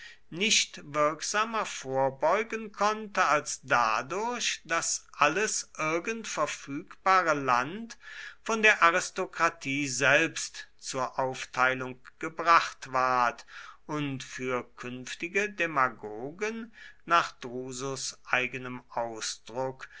nicht wirksamer vorbeugen konnte als dadurch daß alles irgend verfügbare land von der aristokratie selbst zur aufteilung gebracht ward und für künftige demagogen nach drusus eigenem ausdruck